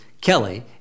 Kelly